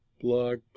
blog